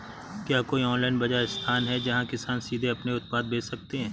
क्या कोई ऑनलाइन बाज़ार स्थान है जहाँ किसान सीधे अपने उत्पाद बेच सकते हैं?